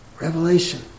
Revelation